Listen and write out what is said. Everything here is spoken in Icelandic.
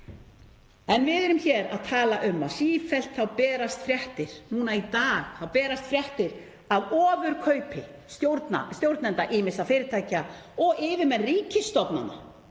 En við erum hér að tala um að sífellt berast fréttir núna, núna í dag berast fréttir af ofurkaupi stjórnenda ýmissa fyrirtækja og yfirmenn ríkisstofnana